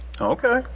Okay